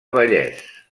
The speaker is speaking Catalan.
vallès